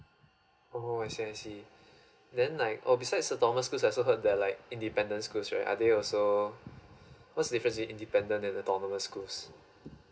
oh I see I see then like oh besides autonomous school I also heard that like independence schools right are they also what's difference with independent and autonomous schools